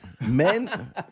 Men